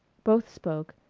both spoke,